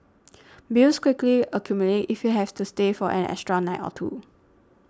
bills quickly accumulate if you have to stay for an extra night or two